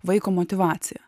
vaiko motyvacija